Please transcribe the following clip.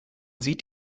sieht